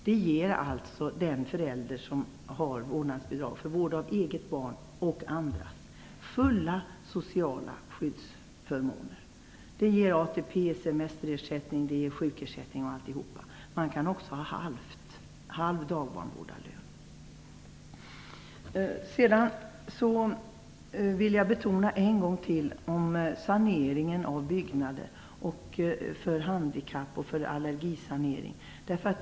Det ger den förälder som har dagbarnvårdarlön - för vård av egna och andras barn - sociala skyddsförmåner. Det ger ATP, semesterersättning, sjukersättning osv. Man kan också ha en halv dagbarnvårdarlön. Jag vill än en gång betona frågan om allergisaneringen av byggnader.